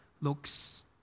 looks